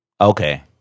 Okay